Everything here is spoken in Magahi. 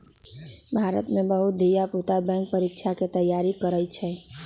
भारत में बहुते धिया पुता बैंक परीकछा के तैयारी करइ छइ